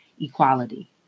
equality